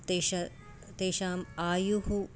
तेष तेषाम् आयुः